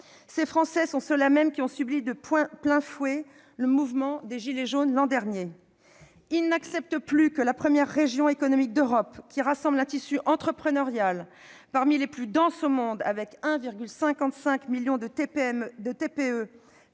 mêmes Français qui ont subi de plein fouet le mouvement des « gilets jaunes » l'an dernier. Ils n'acceptent plus que la première région économique d'Europe, qui rassemble un tissu entrepreneurial parmi les plus denses au monde avec 1,055 million de TPE,